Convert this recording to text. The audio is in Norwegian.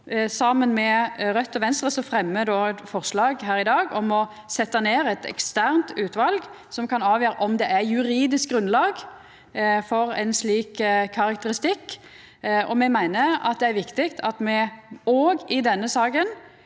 Saman med Raudt og Venstre fremjar me eit forslag her i dag om å setja ned eit eksternt utval som kan avgjera om det er juridisk grunnlag for ein slik karakteristikk. Me meiner det er viktig at me òg i denne saka